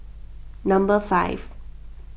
number five